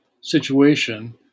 situation